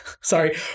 Sorry